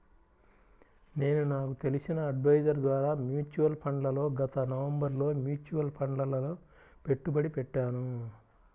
నేను నాకు తెలిసిన అడ్వైజర్ ద్వారా మ్యూచువల్ ఫండ్లలో గత నవంబరులో మ్యూచువల్ ఫండ్లలలో పెట్టుబడి పెట్టాను